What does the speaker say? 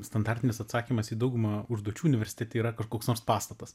standartinis atsakymas į daugumą užduočių universitete yra kažkoks nors pastatas